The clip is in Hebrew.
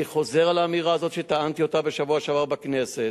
אני חוזר על האמירה הזו שטענתי אותה בשבוע שעבר בכנסת: